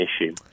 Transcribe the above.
issue